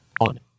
On